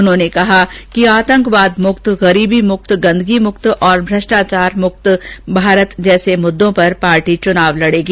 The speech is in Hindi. उन्होंने कहा कि आतंकवाद मुक्त गरीबीमुक्त गदंगीमुक्त तथा भ्रष्टाचारमुक्त भारत जैसे मुद्दों पर पार्टी चुनाव लड़ेगी